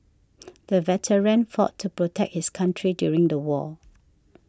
the veteran fought to protect his country during the war